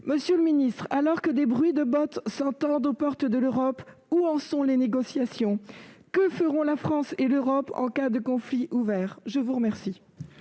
Monsieur le ministre, alors que des bruits de bottes s'entendent aux portes de l'Europe, où en sont les négociations ? Que feront la France et l'Europe en cas de conflit ouvert ? La parole